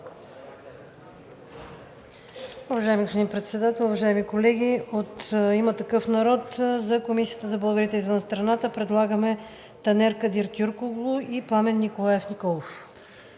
Уважаеми господин Председател, уважаеми колеги! От „Има такъв народ“ за Комисията за българите извън страната предлагаме Танер Кадир Тюркоглу и Пламен Николаев Николов.